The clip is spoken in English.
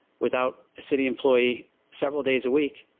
without city employee several days a week.